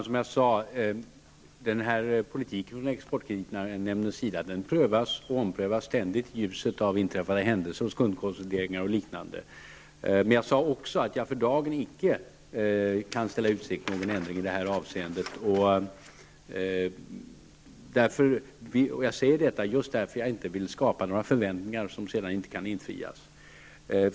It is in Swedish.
Herr talman! Politiken från exportkreditnämndens sida prövas och omprövas, som jag sade, ständigt i ljuset av inträffade händelser, skuldkonsolidering och liknande. Men jag sade också att jag för dagen icke kan ställa i utsikt någon ändring i det här avseendet. Jag säger detta just därför att jag inte vill skapa några förväntningar som sedan inte kan infrias.